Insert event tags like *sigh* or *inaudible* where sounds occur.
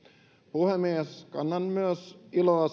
puhemies kannan iloa *unintelligible*